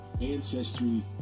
ancestry